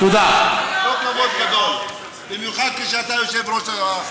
לא כבוד גדול במיוחד, כשאתה יושב-ראש הישיבה.